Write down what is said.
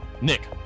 Nick